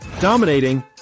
dominating